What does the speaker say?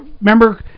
remember